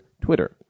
Twitter